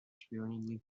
sparingly